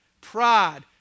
Pride